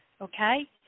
okay